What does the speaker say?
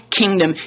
kingdom